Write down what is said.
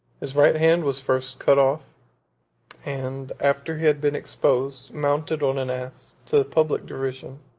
his right hand was first cut off and, after he had been exposed, mounted on an ass, to the public derision,